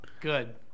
Good